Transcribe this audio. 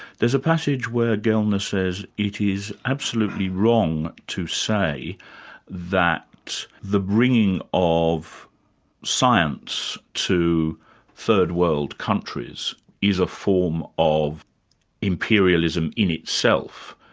there's a passage where gellner says, it is absolutely wrong to say that the bringing of science to third world countries is a form of imperialism in itself.